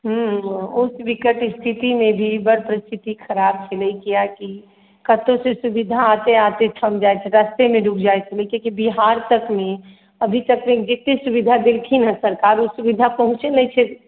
हम्म हम्म उस विकट स्थितिमे भी बड्ड स्थिति खराब छलै कियाकि कतहुसँ सुविधा आते आते थमि जाइत छलै रास्तेमे रुकि जाइत छलै कियाकि बिहार तकमे अभी तक जतेक सुविधा देलखिन हेँ सरकार ओ सुविधा पहुँचैत नहि छै